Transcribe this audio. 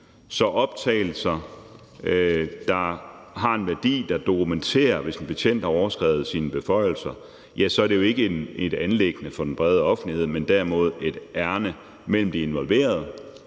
optagelser, der har en værdi, fordi de dokumenterer det, hvis en betjent har overskredet sine beføjelser, men så er det jo ikke et anliggende for den brede offentlighed, men derimod et ærinde mellem de involverede,